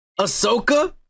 Ahsoka